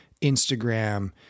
Instagram